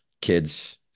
kids